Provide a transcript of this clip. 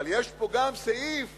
אבל יש פה גם סעיף